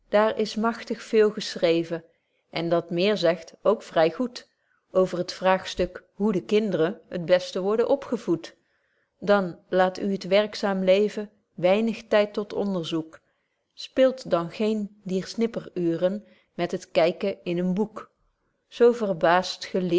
daar is magtig veel geschreeven en dat meer zegt ook vry goed over t vraagstuk hoe de kindren t beste worden opgevoed dan laat u het werkzaam leven weinig tyd tot onderzoek spilt dan geen dier snipperuuren met het kyken in een boek zo verbaast geleerd